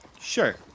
Sure